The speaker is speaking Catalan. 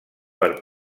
per